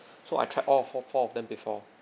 so I tried all four four of them before